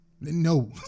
No